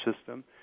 system